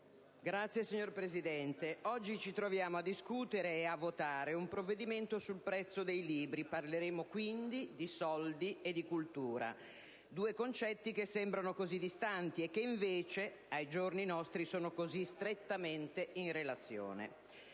Signora Presidente, oggi ci troviamo a discutere e a votare un provvedimento sul prezzo dei libri: quindi parleremo di soldi e di cultura, due concetti che sembrano assai distanti, ma che invece ai giorni nostri sono strettamente in relazione.